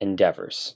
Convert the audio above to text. Endeavors